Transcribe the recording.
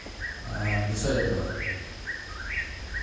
ᱵᱤᱥᱚᱭ ᱫᱚ